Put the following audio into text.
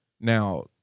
now